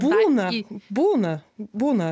būna būna būna